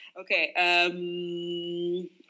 okay